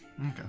Okay